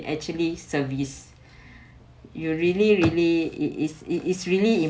actually service you really really it is it is really